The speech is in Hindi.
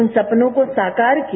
उन सपनों को साकार किया